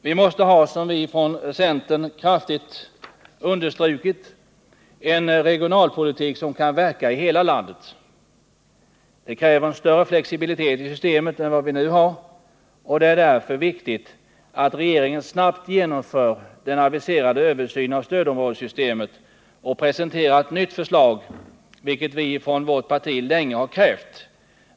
Vi måste ha en regionalpolitik som kan verka i hela landet, vilket vi från centern kraftigt understrukit. Det kräver en större flexibilitet i systemet än vi nu har, och det är därför viktigt att regeringen snabbt genomför den aviserade översynen av stödområdessystemet och presenterar ett nytt förslag, något som vi ifrån vårt parti länge har krävt.